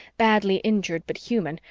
badly injured but human,